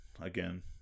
again